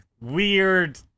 Weird